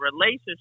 relationship